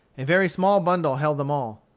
a very small bundle held them all.